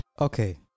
Okay